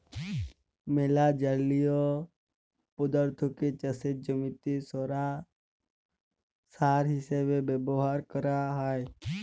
ম্যালা জলীয় পদাথ্থকে চাষের জমিতে সার হিসেবে ব্যাভার ক্যরা হ্যয়